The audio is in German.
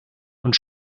und